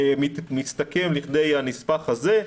מסתכם לכדי הנספח הזה,